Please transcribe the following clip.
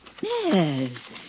Yes